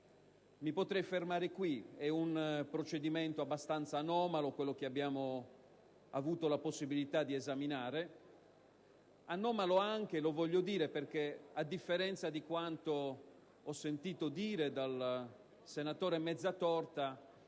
Mi potrei fermare qui. È un procedimento abbastanza anomalo quello che abbiamo avuto la possibilità di esaminare, anche perché, a differenza di quanto ho sentito dire dal senatore Mazzatorta,